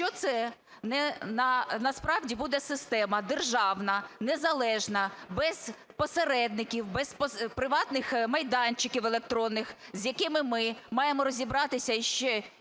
Якщо це насправді буде система державна, незалежна, без посередників, без приватних майданчиків електронних, з якими ми маємо розібратися,